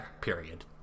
Period